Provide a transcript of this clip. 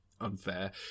unfair